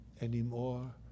anymore